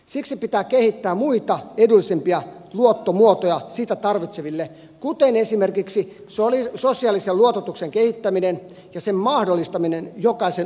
siksi pitää kehittää muita edullisempia luottomuotoja sitä tarvitseville kuten esimerkiksi sosiaalisen luototuksen kehittäminen ja sen mahdollistaminen jokaisen ulottuville